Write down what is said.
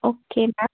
okay ma'am